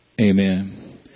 Amen